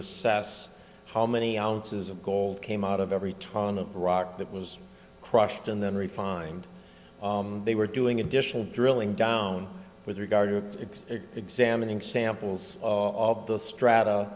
assess how many ounces of gold came out of every ton of rock that was crushed and then refined they were doing additional drilling down with regard to examining samples of the strata